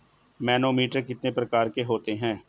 Manometer कितने प्रकार के होते हैं?